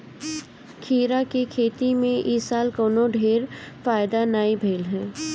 खीरा के खेती में इ साल कवनो ढेर फायदा नाइ भइल हअ